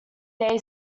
day